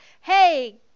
hey